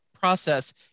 process